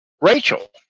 Rachel